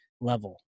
level